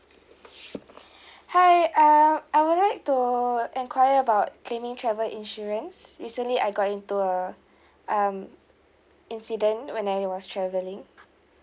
hi err I will like to enquire about claiming travel insurance recently I got into a um incident when I was travelling